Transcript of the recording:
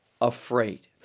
afraid